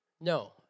No